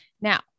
Now